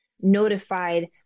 notified